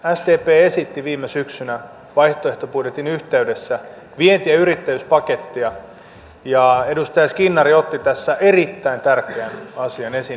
sdp esitti viime syksynä vaihtoehtobudjetin yhteydessä vienti ja yrittäjyyspakettia ja edustaja skinnari otti tässä erittäin tärkeän asian esiin